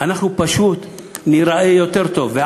אנחנו פשוט ניראה יותר טוב.